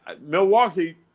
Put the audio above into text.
Milwaukee